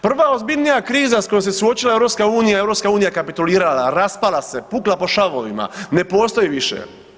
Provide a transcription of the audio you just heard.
Prva ozbiljnija kriza s kojom se suočila EU, EU je kapitulirala, raspala se, pukla po šavovima, ne postoji više.